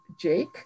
Jake